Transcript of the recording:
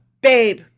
Babe